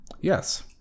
Yes